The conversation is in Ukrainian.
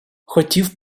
хотів